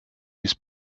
his